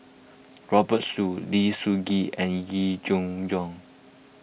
Robert Soon Lim Sun Gee and Yee Jenn Jong